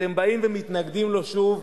אתם באים ומתנגדים לו שוב.